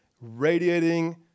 radiating